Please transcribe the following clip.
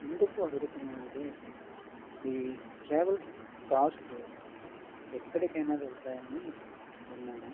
ఎందుకు అడుగుతున్నాను అంటే మీ ట్రావెల్ కార్స్ ఎక్కడికైనా వెళతాయని విన్నాను